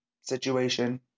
situation